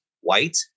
white